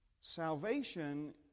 Salvation